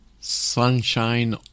Sunshine